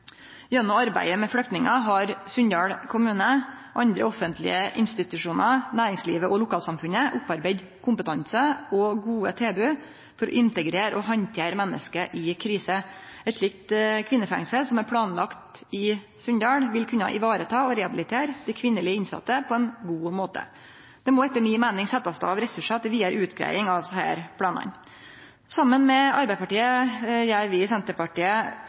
Gjennom arbeidet med flyktningar har Sunndal kommune, andre offentlege institusjonar, næringslivet og lokalsamfunnet opparbeidd kompetanse og gode tilbod for å integrere og handtere menneske i krise. Eit slikt kvinnefengsel som er planlagt i Sunndal, vil kunne vareta og rehabilitere kvinnelege innsette på ein god måte. Det må etter mi meining setjast av ressursar til vidare utgreiing av desse planane. Saman med Arbeidarpartiet gjer vi i Senterpartiet